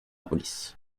police